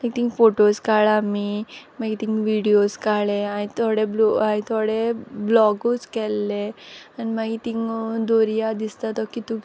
की तींग फोटोज काळ आमी मागी तींग व्हिडियोज काळे हांय थोडे हांय थोडे ब्लॉगूज केल्ले आनी मागीर तींग दोर्या दिसता तो कितू